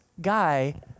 guy